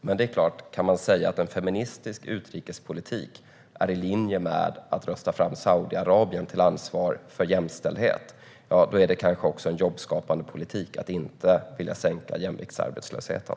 Men det är klart att om man kan säga att en feministisk utrikespolitik är i linje med att rösta fram Saudiarabien att ta ansvar för jämställdhet, då är det kanske också en jobbskapande politik att inte vilja sänka jämviktsarbetslösheten.